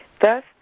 thus